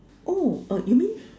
oh err you mean